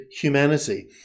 humanity